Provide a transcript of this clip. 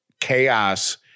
chaos